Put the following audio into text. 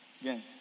again